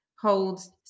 holds